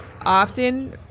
often